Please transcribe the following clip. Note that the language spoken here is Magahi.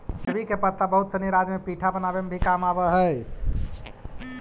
अरबी के पत्ता बहुत सनी राज्य में पीठा बनावे में भी काम आवऽ हई